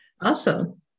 awesome